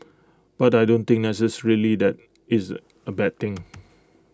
but I don't think necessarily that it's A bad thing